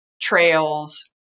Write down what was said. trails